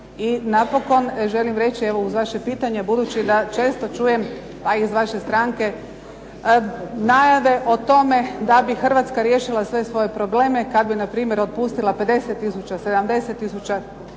I napokon želim reći, evo uz vaše pitanje, budući da često čujem, a i iz vaše stranke najave o tome da bi Hrvatska riješila sve svoje probleme kad bi npr. otpustila 50 tisuća, 70 tisuća,